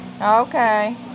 Okay